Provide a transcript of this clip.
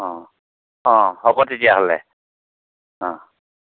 অঁ অঁ হ'ব তেতিয়াহ'লে অঁ